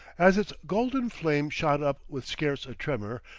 as its golden flame shot up with scarce a tremor,